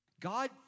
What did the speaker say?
God